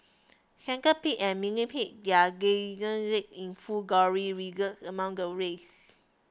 centipedes and millipedes their in full glory wriggled among the waste